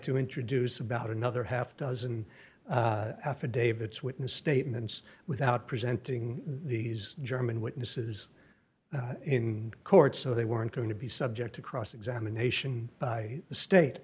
to introduce about another half dozen affidavits witness statements without presenting these german witnesses in court so they weren't going to be subject to cross examination by the state